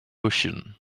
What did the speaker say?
ocean